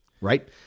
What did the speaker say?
right